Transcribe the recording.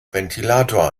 ventilator